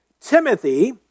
Timothy